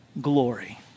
glory